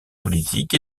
politique